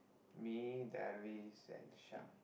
me Darvis and Shak